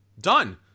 Done